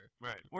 Right